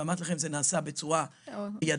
אמרתי לכם שזה נעשה בצורה ידנית,